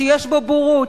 שיש בו בערות,